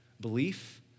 Belief